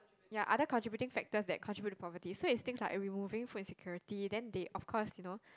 ya other contributing factors that contribute to poverty so is things like removing food insecurity then they of course you know